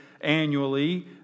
annually